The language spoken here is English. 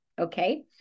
Okay